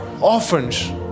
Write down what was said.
orphans